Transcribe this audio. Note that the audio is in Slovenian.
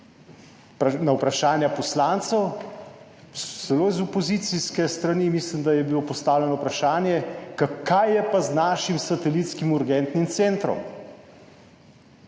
na vprašanja poslancev, celo z opozicijske strani mislim, da je bilo postavljeno vprašanje, kaj je pa z našim satelitskim urgentnim centrom.